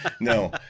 no